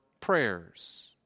prayers